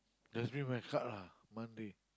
just bring my card lah Monday